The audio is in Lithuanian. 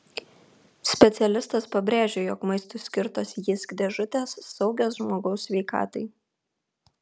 specialistas pabrėžia jog maistui skirtos jysk dėžutės saugios žmogaus sveikatai